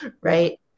Right